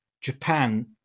Japan